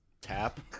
Tap